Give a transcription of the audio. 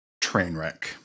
Trainwreck